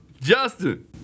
Justin